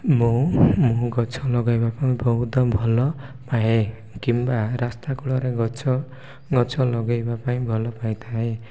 ମୁଁ ମୁଁ ଗଛ ଲଗାଇବା ପାଇଁ ବହୁତ ଭଲ ପାଏ କିମ୍ବା ରାସ୍ତା କୂଳରେ ଗଛ ଗଛ ଲଗାଇବା ପାଇଁ ଭଲ ପାଇଥାଏ